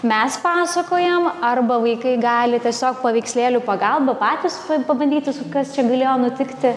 mes pasakojam arba vaikai gali tiesiog paveikslėlių pagalba patys pabandyti su kas čia galėjo nutikti